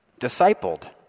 discipled